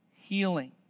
healing